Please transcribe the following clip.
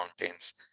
mountains